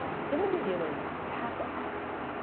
in the beginning, you have to ask.